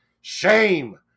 Shame